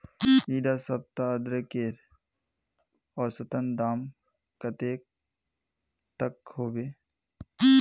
इडा सप्ताह अदरकेर औसतन दाम कतेक तक होबे?